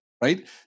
right